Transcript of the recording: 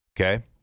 Okay